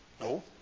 No